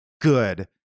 good